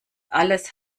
alles